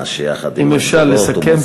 אם אפשר לסכם.